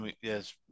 Yes